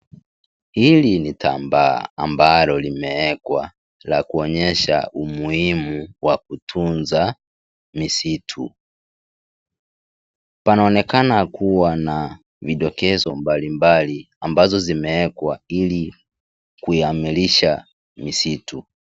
Hili ni tambaa ambalo limewekwa la kuonyesha umuhimu wa kutunza misitu. Panaoneka na kuwa na vidokezo mbalimbali ambazo zimewekwa hili kuyamilisha misitu.